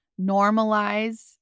normalize